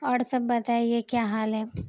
اور سب بتائیے کیا حال ہے